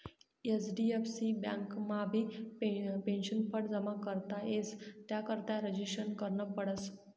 HDFC बँकमाबी pension fund जमा करता येस त्यानाकरता रजिस्ट्रेशन करनं पडस